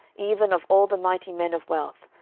even of all the mighty men of wealth,